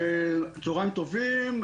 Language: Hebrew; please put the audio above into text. צהריים טובים.